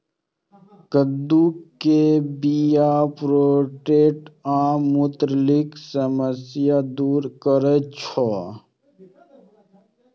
कद्दू के बीया प्रोस्टेट आ मूत्रनलीक समस्या दूर करै छै